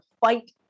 fight